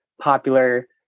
popular